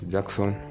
Jackson